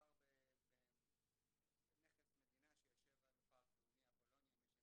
מדובר בנכס מדינה שיושב על פארק לאומי אפולוניה.